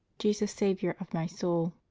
jesus! saviour of my soul,